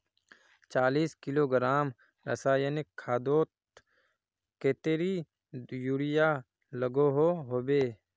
चालीस किलोग्राम रासायनिक खादोत कतेरी यूरिया लागोहो होबे?